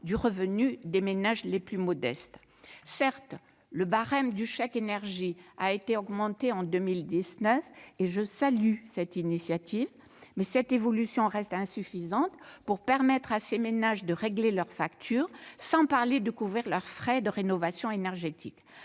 du revenu des ménages les plus modestes. Certes, le barème du chèque énergie a été augmenté en 2019, et je salue cette initiative, mais cette évolution reste insuffisante pour permettre à ces ménages de régler leurs factures, sans parler de couvrir leurs frais de rénovation énergétique.